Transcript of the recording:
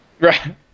Right